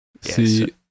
see